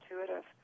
intuitive